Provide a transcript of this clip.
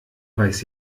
weiß